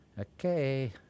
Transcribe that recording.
Okay